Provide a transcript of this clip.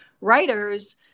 writers